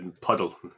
puddle